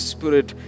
Spirit